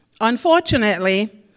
Unfortunately